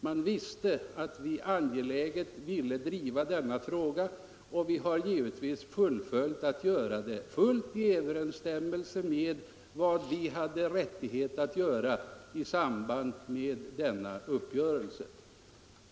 Man visste att vi angeläget ville driva denna fråga, och vi har givetvis fortsatt att göra så, fullt i överensstämmelse med vad vi hade rättighet till enligt den uppgörelsen.